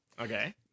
okay